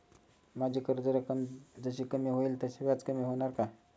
माझी कर्ज रक्कम जशी कमी होईल तसे व्याज कमी होणार का?